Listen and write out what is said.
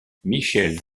michel